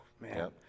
man